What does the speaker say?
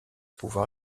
pouvoir